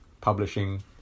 Publishing